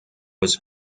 was